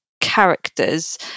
characters